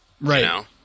Right